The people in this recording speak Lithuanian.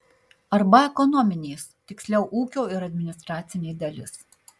arba ekonominės tiksliau ūkio ir administracinė dalis